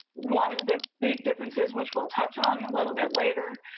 one of the big differences which will touch on a little bit later,